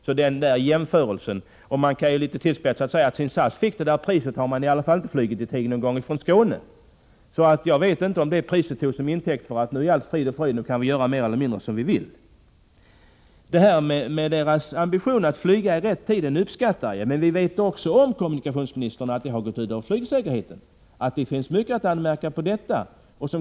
Litet tillspetsat kan man säga att sedan SAS fick priset har man i varje fall inte flugit i tid någon gång från Skåne. Jag vet inte om det priset togs som intäkt för att allt var frid och fröjd, nu kan vi göra mer eller mindre som vi vill. Ambitionen att flyga i rätt tid uppskattar jag, men vi vet också, kommunikationsministern, att det har gått ut över flygsäkerheten. Det finns mycket att anmärka på i fråga om detta.